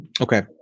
Okay